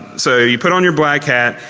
so you put on your black hat.